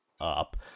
up